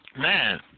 Man